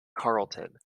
carleton